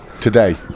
today